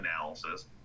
analysis